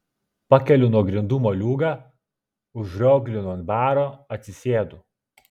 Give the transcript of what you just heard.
pakeliu nuo grindų moliūgą užrioglinu ant baro atsisėdu